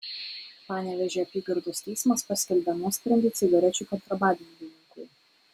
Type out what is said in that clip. panevėžio apygardos teismas paskelbė nuosprendį cigarečių kontrabandininkui